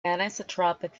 anisotropic